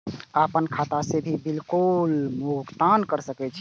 आपन खाता से भी बिल भुगतान कर सके छी?